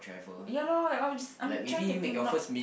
ya lor I was just I'm trying to think not